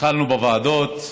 התחלנו בוועדות,